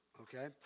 Okay